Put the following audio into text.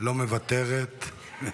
לא מוותרת.